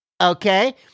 okay